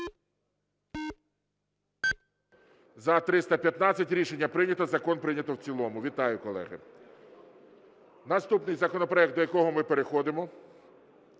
За-315 Рішення прийнято. Закон прийнято в цілому. Вітаю, колеги. Наступний законопроект, до якого ми переходимо,